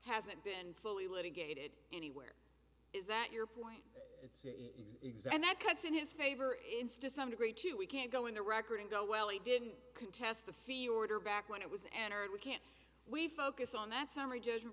hasn't been fully litigated anywhere is that your point that cuts in his favor instill some degree to we can't go in the record and go well he didn't contest the fee order back when it was an hour and we can't we focus on that summary judgment